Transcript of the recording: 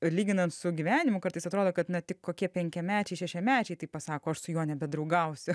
lyginant su gyvenimu kartais atrodo kad na tik kokie penkiamečiai šešiamečiai taip pasako aš su juo nebedraugausiu